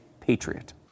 patriot